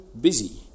busy